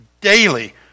daily